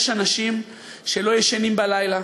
יש אנשים שלא ישנים בלילה,